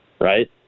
right